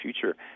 future